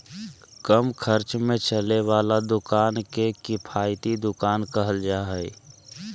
कम खर्च में चले वाला दुकान के किफायती दुकान कहल जा हइ